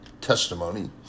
testimony